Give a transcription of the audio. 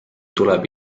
tuleb